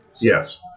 Yes